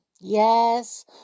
Yes